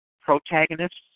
protagonists